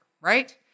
right